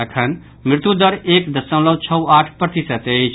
अखन मृत्यु दर एक दशमलव छओ आठ प्रतिशत अछि